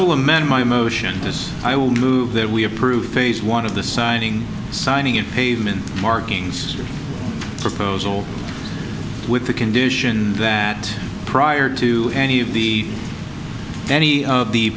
will amend my emotion is i will move that we approve phase one of the signing signing and pavement markings proposal with the condition that prior to any of the any of the